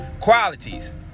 Qualities